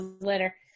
later